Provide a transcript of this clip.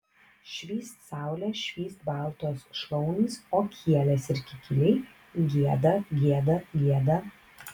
švyst saulė švyst baltos šlaunys o kielės ir kikiliai gieda gieda gieda